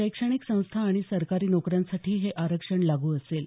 शैक्षणिक संस्था आणि सरकारी नोकऱ्यांसाठी हे आरक्षण लागू असेल